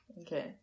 Okay